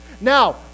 Now